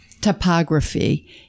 topography